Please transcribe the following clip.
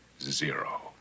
zero